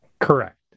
Correct